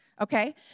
Okay